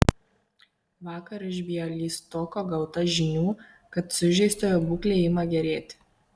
vakar iš bialystoko gauta žinių kad sužeistojo būklė ima gerėti